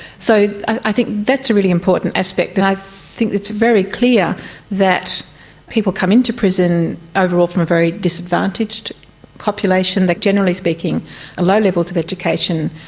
so i think that's a really important aspect, and i think it's very clear that people come into prison overall from a very disadvantaged population that generally speaking has low levels of education,